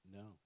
no